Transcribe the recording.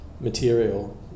material